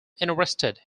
interested